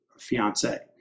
fiance